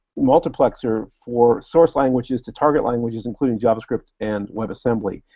multiplexer for source languages to target languages, including javascript and webassembly,